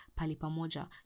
palipamoja